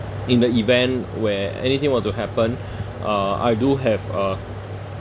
in the event where anything were to happen uh I do have a